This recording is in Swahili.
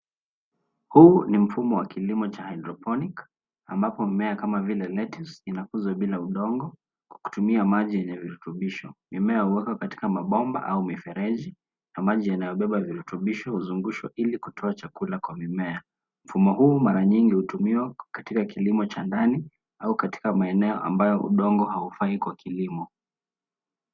Huu ni mfumo wa kilimo cha (cs) hydroponic (cs) ambapo mimea kama vile (cs) lettuce (cs) inakuzwa bila udongo kwa kutumia maji yenye virutubisho. Mimea huwekwa katika mabomba au mifereji ya maji yanayo beba virutubisho huzungushwa ili kutoa chakula kwa mimea. Mfumo huu mara nyingi hutumiwa katika kilimo cha ndani au katika maeneo ambayo udongo haufai kwa kilimo.